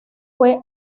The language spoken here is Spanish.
fue